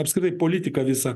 apskritai politiką visą